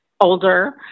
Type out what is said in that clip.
older